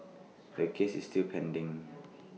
the case is still pending